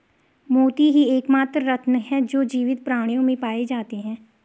मोती ही एकमात्र रत्न है जो जीवित प्राणियों में पाए जाते है